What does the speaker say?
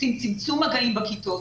עושים צמצום מגעים בכיתות,